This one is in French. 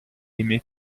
aimée